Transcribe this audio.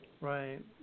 Right